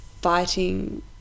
fighting